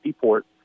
port